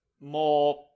more